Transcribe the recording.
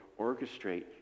orchestrate